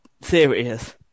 serious